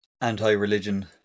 anti-religion